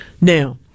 Now